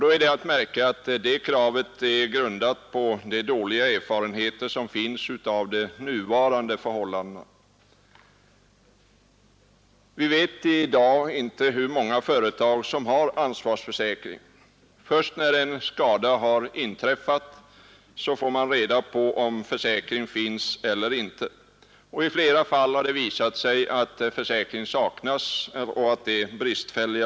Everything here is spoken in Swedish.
Det är att märka att det kravet är grundat på dåliga erfarenheter av de nuvarande förhållandena. Vi vet i dag inte hur många företag som har ansvarsförsäkring. Först när en skada har inträffat får man reda på om försäkring finns eller inte. I flera fall har det visat sig att försäkring saknats eller är bristfällig.